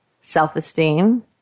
self-esteem